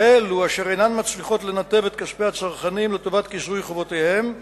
כאלו אשר אינן מצליחות לנתב את כספי הצרכנים לטובת כיסוי חובותיהן,